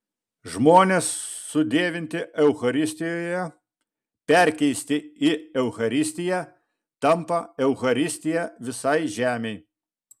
žmonės sudievinti eucharistijoje perkeisti į eucharistiją tampa eucharistija visai žemei